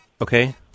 Okay